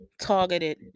targeted